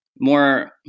more